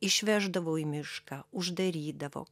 išveždavo į mišką uždarydavo